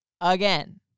again